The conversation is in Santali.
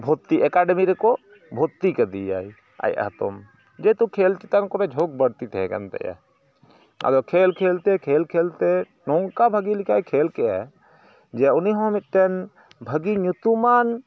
ᱵᱷᱚᱨᱛᱤ ᱟᱠᱟᱰᱮᱢᱤ ᱨᱮᱠᱚ ᱵᱷᱚᱨᱛᱤ ᱠᱟᱫᱮᱭᱟᱭ ᱟᱡ ᱦᱟᱛᱚᱢ ᱡᱮᱦᱮᱛᱩ ᱠᱷᱮᱞ ᱪᱮᱛᱟᱱ ᱠᱚᱨᱮ ᱡᱷᱩᱠ ᱵᱟᱹᱲᱛᱤ ᱛᱮᱦᱮᱸ ᱠᱟᱱ ᱛᱟᱭᱟ ᱟᱫᱚ ᱠᱷᱮᱞ ᱠᱷᱮᱞᱛᱮ ᱠᱷᱮᱞ ᱠᱷᱮᱞᱛᱮ ᱱᱚᱝᱠᱟ ᱵᱷᱟᱜᱮ ᱞᱮᱠᱟᱭ ᱠᱷᱮᱞᱠᱮᱜᱼᱟ ᱡᱮ ᱩᱱᱤᱦᱚᱸ ᱢᱤᱫᱴᱮᱱ ᱵᱷᱟᱜᱮ ᱧᱩᱛᱩᱢᱟᱱ